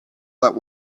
that